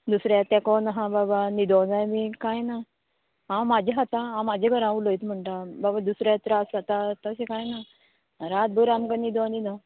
दुसऱ्या तेंकोन आहा बाबा न्हिदो जाय बी कांय ना हांव म्हाजें खातां हांव म्हाजे घरा उलयता म्हणटा बाबा दुसऱ्या त्रास जाता तशें कांय ना रातभर आमकां न्हिदो दिना